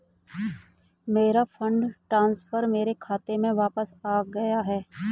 मेरा fund transfer मेरे खाते में वापस आ गया है